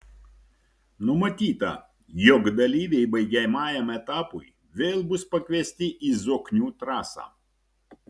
numatyta jog dalyviai baigiamajam etapui vėl bus pakviesti į zoknių trasą